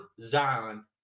Zion